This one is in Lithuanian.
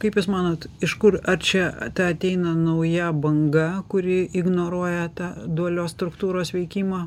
kaip jūs manot iš kur ar čia ta ateina nauja banga kuri ignoruoja tą dualios struktūros veikimą